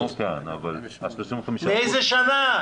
מאיזה שנה?